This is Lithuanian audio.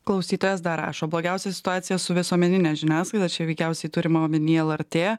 klausytojas dar rašo blogiausia situacija su visuomenine žiniasklaida čia veikiausiai turima omenyje lrt